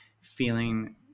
feeling